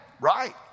right